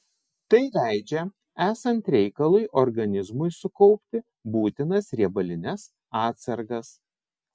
tai leidžia esant reikalui organizmui sukaupti būtinas riebalines atsargas